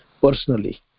personally